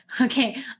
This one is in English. okay